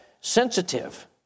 sensitive